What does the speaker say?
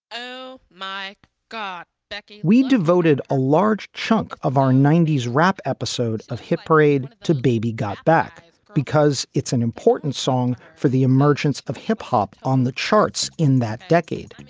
oh, my god. we devoted a large chunk of our ninety s rap episode of hip raid to baby got back because it's an important song for the emergence of hip hop on the charts in that decade. and